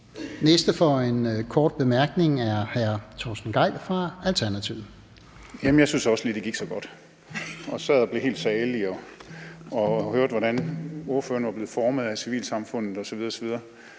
næste med en kort bemærkning er hr. Torsten Gejl fra Alternativet. Kl. 14:37 Torsten Gejl (ALT): Jamen jeg syntes også lige, at det gik så godt, og sad og blev helt sagelig af at høre om, hvordan ordføreren var blevet formet af civilsamfundet osv.